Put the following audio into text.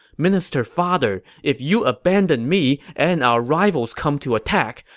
minister father, if you abandon me and our rivals come to attack,